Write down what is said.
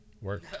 Work